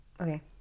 okay